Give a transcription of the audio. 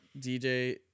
DJ